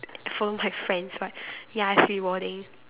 follow my friends right ya it's rewarding